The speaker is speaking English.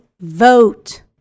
vote